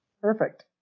perfect